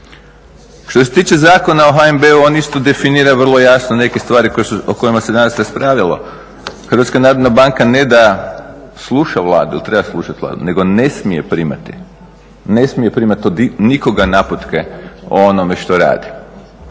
Što se tiče Zakona o HNB-u on isto definira vrlo jasno neke stvari o kojima se danas raspravljalo, HNB ne da sluša Vladu ili treba slušati Vladu nego ne smije primati od nikoga naputke o onome što radi